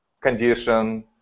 condition